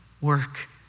work